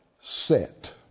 set